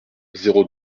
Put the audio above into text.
zéro